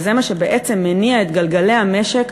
וזה מה שבעצם מניע את גלגלי המשק,